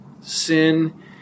Sin